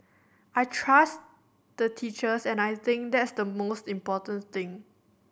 I trust the teachers and I think that's the most important thing